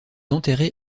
enterré